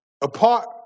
apart